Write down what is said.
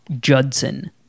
Judson